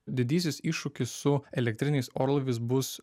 didysis iššūkis su elektriniais orlaiviais bus